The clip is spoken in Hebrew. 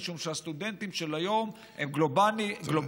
משום שהסטודנטים של היום הם גלובליים,